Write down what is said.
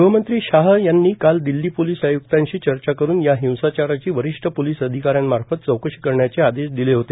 गृहमंत्री शाह यांनी काल दिल्ली पोलिस आय्क्तांशी चर्चा करून या हिंसाचाराची वरिष्ठ पोलिस अधिकाऱ्यामार्फत चौकशी करण्याचे आदेश दिले होते